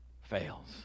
fails